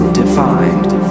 defined